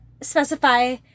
specify